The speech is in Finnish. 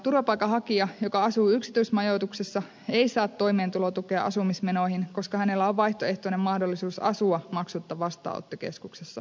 turvapaikanhakija joka asuu yksityismajoituksessa ei saa toimeentulotukea asumismenoihin koska hänellä on vaihtoehtoinen mahdollisuus asua maksutta vastaanottokeskuksessa